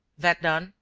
that done,